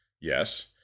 yes